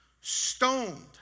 stoned